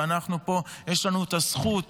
ופה יש לנו הזכות